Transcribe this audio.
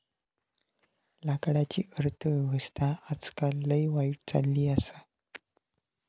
लाकडाची अर्थ व्यवस्था आजकाल लय वाईट चलली आसा